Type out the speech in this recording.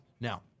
Now